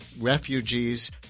Refugees